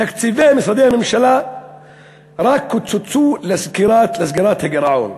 תקציבי משרדי הממשלה רק קוצצו לסגירת הגירעון.